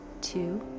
two